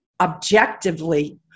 objectively